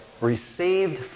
received